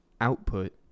output